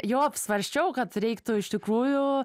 jo apsvarsčiau kad reiktų iš tikrųjų